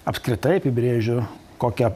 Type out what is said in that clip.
apskritai apibrėžiu kokią